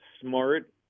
smart